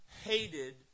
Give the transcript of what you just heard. hated